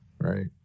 right